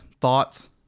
thoughts